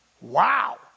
Wow